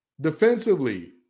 Defensively